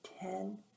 Ten